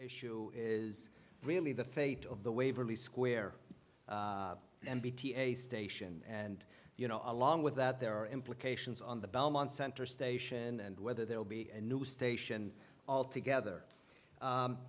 issue is really the fate of the waverly square and bta station and you know along with that there are implications on the belmont center station and whether there will be a new station all together